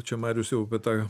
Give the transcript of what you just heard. čia marius jau apie tą